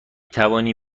توانی